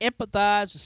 empathize